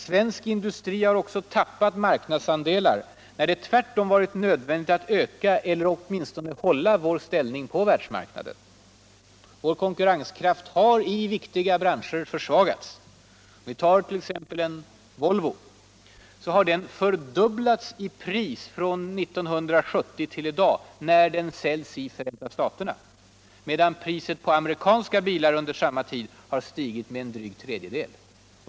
Svensk industri har också tappat marknadsandelar när det tvärtom är nödvändigt att stärka eller åtminstone hålla vår ställning på världsmarknaden. Vår konkurrenskraft har i viktiga branscher försvagats. En Volvo har t.ex. fördubblats i pris från 1970 tvill i dag, när den säljs i USA. Priset på amerikanska bilar har under samma tid suigit med en dryg tredjedel.